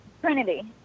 Trinity